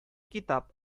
китап